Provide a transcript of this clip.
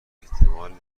احتمال